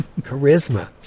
charisma